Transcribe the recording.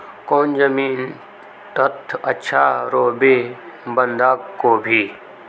कौन जमीन टत अच्छा रोहबे बंधाकोबी?